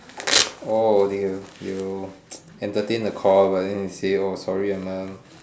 oh they will they will entertain the call but then they say oh sorry I'm a